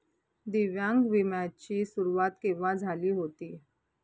दिव्यांग विम्या ची सुरुवात केव्हा झाली होती?